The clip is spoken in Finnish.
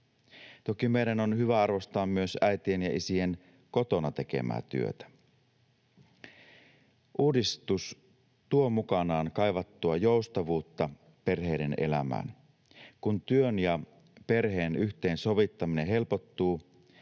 Toki meidän on hyvä arvostaa myös äitien ja isien kotona tekemää työtä. Uudistus tuo mukanaan kaivattua joustavuutta perheiden elämään. Kun työn ja perheen yhteensovittaminen helpottuu,